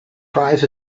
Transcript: fries